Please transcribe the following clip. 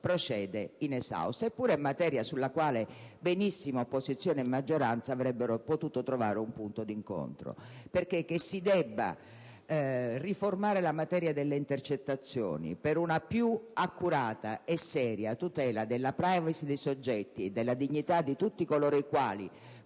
procede inesausta. Eppure, è materia sulla quale benissimo opposizione e maggioranza avrebbero potuto trovare un punto d'incontro. Infatti, che si debba riformare la materia delle intercettazioni per una più accurata e seria tutela della *privacy* dei soggetti e della dignità di tutti coloro i quali